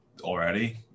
already